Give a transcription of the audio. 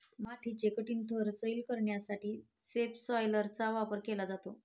मातीचे कठीण थर सैल करण्यासाठी सबसॉयलरचा वापर केला जातो